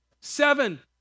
Seven